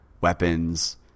weapons